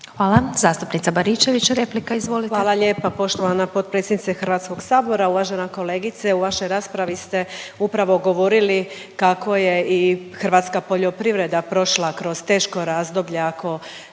Hvala. Zastupnica Baričević replika, izvolite. **Baričević, Danica (HDZ)** Hvala lijepa poštovana potpredsjednice Hrvatskog sabora. Uvažena kolegice u vašoj raspravi ste upravo govorili kako je i hrvatska poljoprivreda prošla kroz teško razdoblje ako,